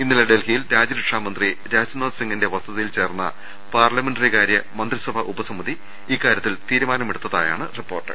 ഇന്നലെ ഡൽഹിയിൽ രാജ്യരക്ഷാ മന്ത്രി രാഡ്നാഥ് സിങ്ങിന്റെ വസതിയിൽ ചേർന്ന പാർലമെന്ററി കാര്യ മന്ത്രിസഭാ സമിതി ഇക്കാര്യത്തിൽ തീരുമാനമെടുത്തതാ യാണ് റിപ്പോർട്ട്